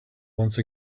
once